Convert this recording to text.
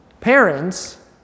parents